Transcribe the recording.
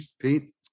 Pete